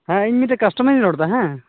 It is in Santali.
ᱦᱮᱸ ᱤᱧ ᱢᱤᱫᱴᱤᱡ ᱠᱟᱥᱴᱚᱢᱟᱨᱤᱧ ᱨᱚᱲ ᱮᱫᱟ ᱦᱮᱸ